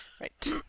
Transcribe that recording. Right